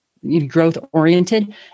growth-oriented